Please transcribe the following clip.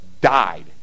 died